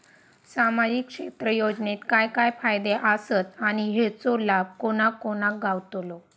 सामजिक क्षेत्र योजनेत काय काय फायदे आसत आणि हेचो लाभ कोणा कोणाक गावतलो?